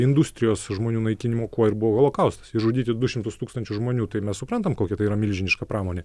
industrijos žmonių naikinimo kuo ir buvo holokaustas išžudyti du šimtus tūkstančių žmonių tai mes suprantam kokia tai yra milžiniška pramonė